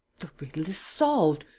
the riddle is solved.